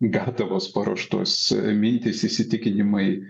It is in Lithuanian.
gatavos paruoštos mintys įsitikinimai